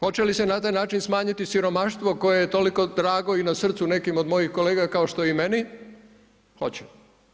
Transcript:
Hoće li se na taj način smanjiti siromaštvo koje je tolik drago i na srcu nekim od mojih kolega kao što je i meni, hoće.